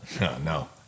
no